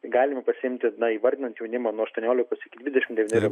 galima pasiimti na įvardijant jaunimą nuo aštuoniolikos iki dvidešimt devynerių